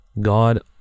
God